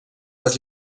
les